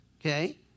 Okay